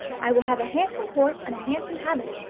i will have a handsome horse and a handsome habit,